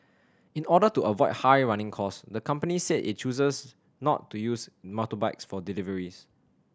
in order to avoid high running costs the company said it chooses not to use motorbikes for deliveries